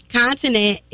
continent